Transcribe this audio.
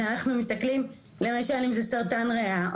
אז אנחנו מסתכלים למשל אם זה סרטן ריאה,